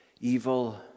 evil